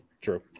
True